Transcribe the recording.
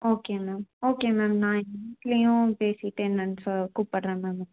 okay ma'am okay ma'am நான் எங்கள் வீட்லேயும் பேசிவிட்டு என்னென்னு சொ கூப்பிட்றேன் மேம்